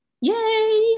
Yay